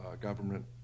government